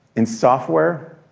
in software,